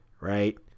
right